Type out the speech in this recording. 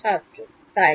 ছাত্র তাই